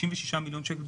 66 מיליון שקל,